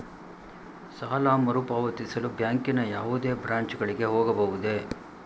ಸಾಲ ಮರುಪಾವತಿಸಲು ಬ್ಯಾಂಕಿನ ಯಾವುದೇ ಬ್ರಾಂಚ್ ಗಳಿಗೆ ಹೋಗಬಹುದೇ?